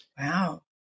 Wow